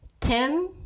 Tim